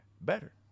Better